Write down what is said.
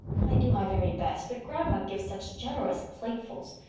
i do my very best, but grandma gives such generous platefuls.